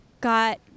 got